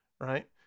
Right